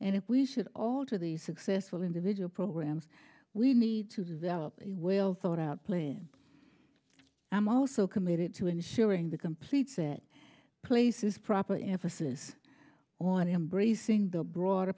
and if we should alter the successful individual programs we need to develop we'll thought out plan i'm also committed to ensuring the complete set place is proper emphasis on embracing the broader